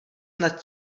nad